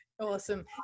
awesome